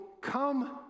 come